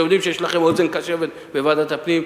אתם יודעים שיש לכם אוזן קשבת בוועדת הפנים,